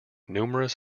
numerous